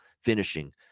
finishing